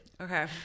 okay